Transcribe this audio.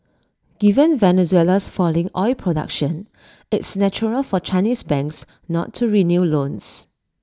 given Venezuela's falling oil production it's natural for Chinese banks not to renew loans